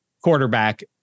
quarterback